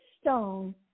stone